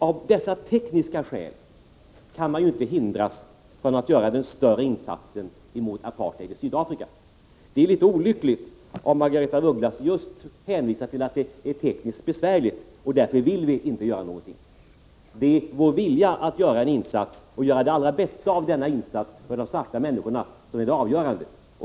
Av dessa tekniska skäl får man inte hindras att göra den större insatsen mot apartheid i Sydafrika. Det är litet olyckligt om Margaretha af Ugglas just hänvisar till att det är tekniskt besvärligt och att vi därför inte vill göra någonting. Det är vår vilja att göra en insats och att göra det allra bästa av denna insats för de svarta människorna som är det avgörande.